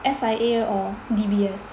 S_I_A or D_B_S